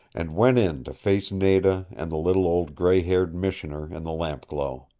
and went in to face nada and the little old gray-haired missioner in the lampglow.